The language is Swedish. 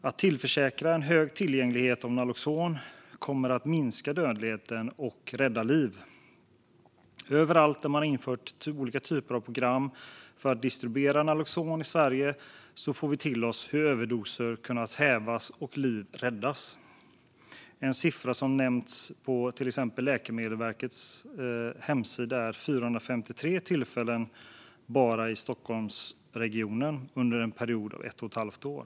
Att tillförsäkra en hög tillgänglighet av naloxon kommer att minska dödligheten och rädda liv. Överallt där man har infört olika typer av program för att distribuera naloxon i Sverige får vi veta hur överdoser har hävts och liv räddats. En siffra som har nämnts på Läkemedelsverkets hemsida är 453 tillfällen bara i Stockholmsregionen under en period av ett och ett halvt år.